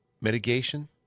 mitigation